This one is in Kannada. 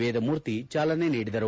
ವೇದಮೂರ್ತಿ ಚಾಲನೆ ನೀಡಿದರು